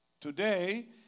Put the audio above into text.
Today